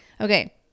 Okay